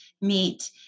meet